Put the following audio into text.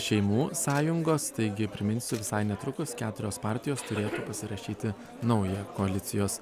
šeimų sąjungos taigi priminsiu visai netrukus keturios partijos turėtų pasirašyti naują koalicijos